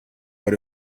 but